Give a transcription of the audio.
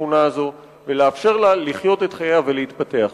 בשכונה הזאת ולאפשר לה לחיות את חייה ולהתפתח.